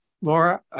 Laura